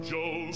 Joe